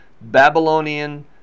Babylonian